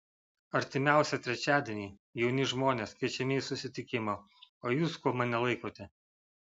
artimiausią trečiadienį jauni žmonės kviečiami į susitikimą o jūs kuo mane laikote